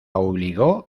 obligó